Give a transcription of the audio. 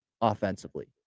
offensively